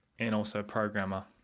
and also a programmer